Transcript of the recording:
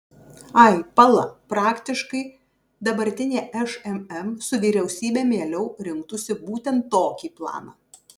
ai pala praktiškai dabartinė šmm su vyriausybe mieliau rinktųsi būtent tokį planą